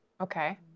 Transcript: Okay